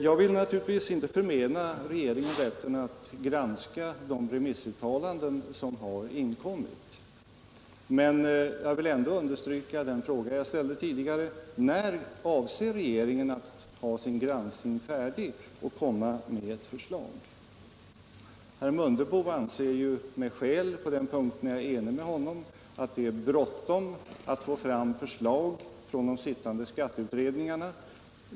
Jag vill naturligtvis inte förmena regeringen rätten att granska de remissuttalanden som har inkommit, men jag vill ändå understryka den fråga jag ställde tidigare: När avser regeringen att ha sin granskning färdig och komma med ett förslag? Herr Mundebo anser med skäl — på den punkten är jag enig med honom -— att det är bråttom att få fram förslag från de sittande skatteutredarna.